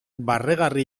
barregarri